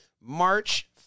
March